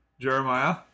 Jeremiah